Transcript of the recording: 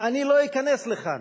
אני לא אכנס לכאן.